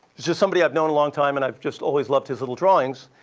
is just somebody i've known a long time and i've just always loved his little drawings,